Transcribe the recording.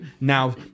now